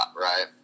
right